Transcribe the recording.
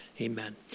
Amen